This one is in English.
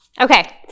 Okay